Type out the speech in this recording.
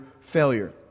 failure